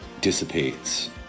dissipates